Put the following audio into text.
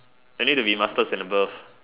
you need to be masters and above